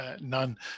none